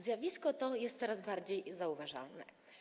Zjawisko to jest coraz bardziej zauważalne.